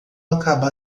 acaba